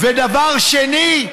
ודבר שני,